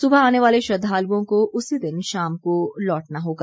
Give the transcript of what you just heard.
सुबह आने वाले श्रद्दालुओं को उसी दिन शाम को लौटना होगा